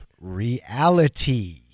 Reality